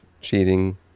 cheating